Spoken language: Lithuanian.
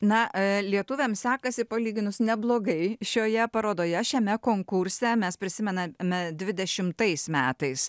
na lietuviams sekasi palyginus neblogai šioje parodoje šiame konkurse mes prisimename dvidešimtais metais